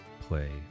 Play